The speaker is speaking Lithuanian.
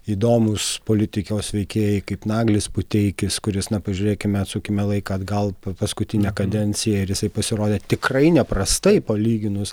įdomūs politikos veikėjai kaip naglis puteikis kuris na pažiūrėkime atsukime laiką atgal paskutinę kadenciją ir jisai pasirodė tikrai neprastai palyginus